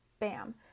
Bam